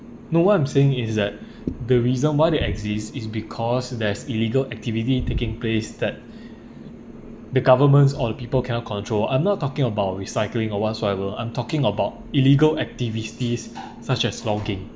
no what I'm saying is that the reason why they exist is because there's illegal activities taking place that the government or the people cannot control I'm not talking about recycling or whatsoever I'm talking about illegal activities such as logging